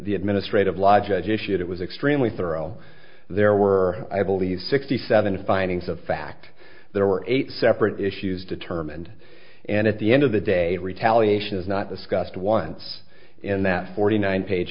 the administrative law judge issued it was extremely thorough there were i believe sixty seven findings of fact there were eight separate issues determined and at the end of the day retaliation is not discussed once in that forty nine page